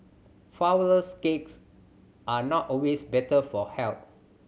flourless cakes are not always better for health